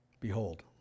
Behold